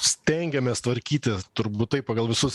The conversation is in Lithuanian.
stengiamės tvarkyti turbūt taip pagal visus